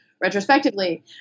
retrospectively